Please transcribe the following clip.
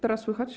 Teraz słychać?